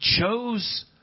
chose